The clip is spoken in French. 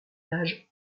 âge